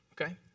okay